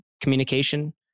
communication